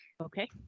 Okay